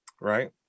right